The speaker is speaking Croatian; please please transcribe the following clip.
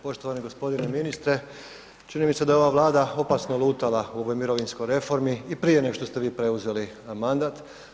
Poštovani gospodine ministre, čini mi se da je ova Vlada opasno lutala u ovoj mirovinskoj reformi i prije nego što ste vi preuzeli mandat.